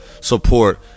support